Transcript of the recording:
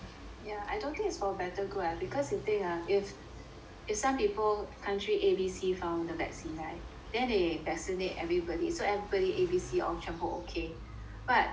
I don't think it's for a better good eh because you think ah if if some people country A B C found the vaccine right then they vaccinate everybody so everybody A B C all 全部 okay but